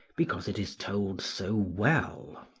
because it is told so well.